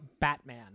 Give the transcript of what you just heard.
Batman